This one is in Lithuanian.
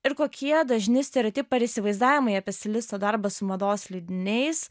ir kokie dažni stereotipai ar įsivaizdavimai apie stilisto darbą su mados leidiniais